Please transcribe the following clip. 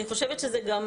אני חושבת שזה גם